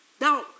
Now